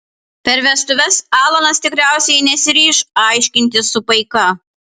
per vestuves alanas tikriausiai nesiryš aiškintis su paika